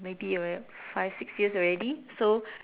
maybe five six years already so